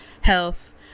health